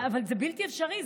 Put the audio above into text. אבל זה בלתי אפשרי.